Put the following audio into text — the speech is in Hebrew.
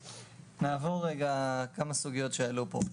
נעבור רגע על כמה סוגיות שעלו פה.